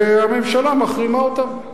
והממשלה מחרימה אותם,